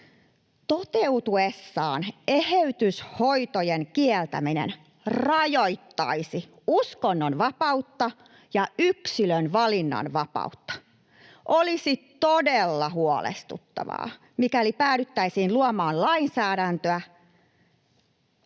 Toteutuessaan eheytyshoitojen kieltäminen rajoittaisi uskonnonvapautta ja yksilön valinnanvapautta. Olisi todella huolestuttavaa, mikäli päädyttäisiin luomaan lainsäädäntöä,